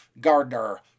Gardner